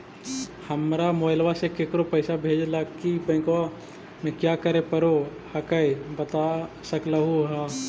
हमरा मोबाइलवा से केकरो पैसा भेजे ला की बैंकवा में क्या करे परो हकाई बता सकलुहा?